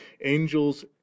Angels